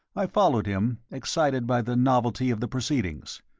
i followed him, excited by the novelty of the proceedings.